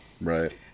right